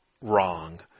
wrong